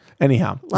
anyhow